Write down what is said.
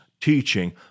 teaching